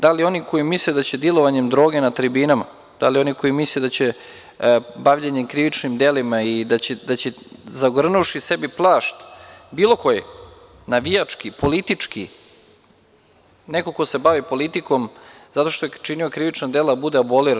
Da li oni koji misle da će dilovanjem droge na tribinama, da li oni koji misle da će bavljenjem krivičnim delima i da će zavrnuvši sebi plašt bilo koji navijački, politički, neko ko se bavi politikom zato što je činio krivična da bude aboliran?